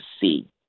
see